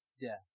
death